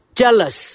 jealous